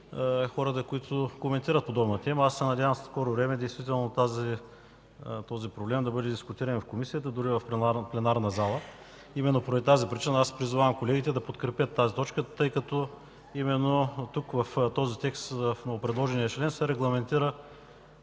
хората, които коментират подобна тема. Аз се надявам в скоро време този проблем да бъде дискутиран и в Комисията, дори в пленарната зала. Именно поради тази причина аз призовавам колегите да подкрепят тази точка, тъй като именно в този текст на новопредложения член се регламентира